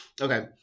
Okay